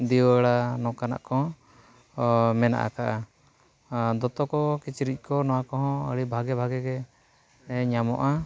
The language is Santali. ᱫᱤᱭᱟᱹᱲᱟ ᱱᱚᱝᱠᱟᱱᱟᱜ ᱠᱚᱦᱚᱸ ᱢᱮᱱᱟᱜ ᱟᱠᱟᱜᱼᱟ ᱟᱨ ᱫᱚᱛᱚ ᱠᱚ ᱠᱤᱪᱨᱤᱡ ᱠᱚ ᱚᱱᱟ ᱠᱚᱦᱚᱸ ᱟᱹᱰᱤ ᱵᱷᱟᱹᱜᱤ ᱵᱷᱟᱹᱜᱤ ᱜᱮ ᱧᱟᱢᱚᱜᱼᱟ